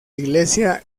iglesia